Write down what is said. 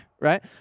right